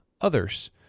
others